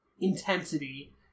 intensity